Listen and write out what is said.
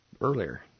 earlier